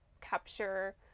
capture